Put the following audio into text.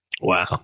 Wow